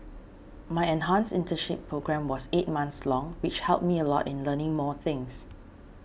my enhanced internship programme was eight months long which helped me a lot in learning more things